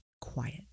quiet